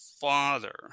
Father